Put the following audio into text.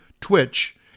Twitch